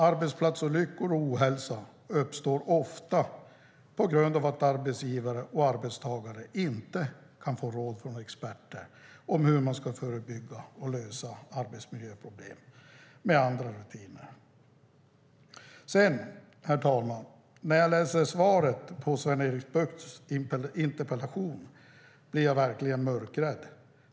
Arbetsplatsolyckor och ohälsa uppstår ofta på grund av att arbetsgivare och arbetstagare inte kan få råd från experter om hur man ska förebygga och lösa arbetsmiljöproblem med andra rutiner. Herr talman! Svaret på Sven-Erik Buchts interpellation gör mig verkligen mörkrädd.